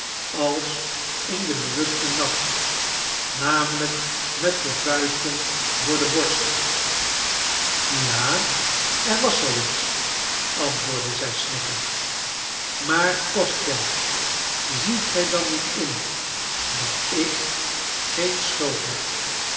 als in den bewusten nacht namelijk met de vuisten voor de borst ja er was zoo iets antwoordde zij snikkend maar kostja ziet gij dan niet in dat ik geen schuld heb